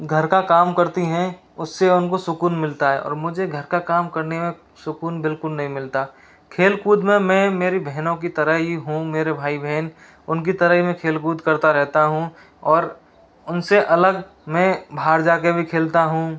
घर का काम करती हैं उससे उनको सुकून मिलता है और मुझे घर का काम करने में सुकून बिल्कुल नहीं मिलता खेल कूद में मैं मेरी बहनों की तरह ही हूँ मेरे भाई बहन उनकी तरह ही मैं खेल कूद करता रहता हूँ और उनसे अलग मैं बाहर जा के भी खेलता हूँ